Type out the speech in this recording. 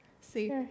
See